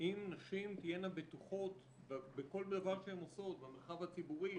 אם נשים תהיינה בטוחות בכל דבר שהן עושות במרחב הציבורי,